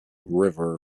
river